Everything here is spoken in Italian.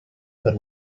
per